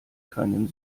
keinen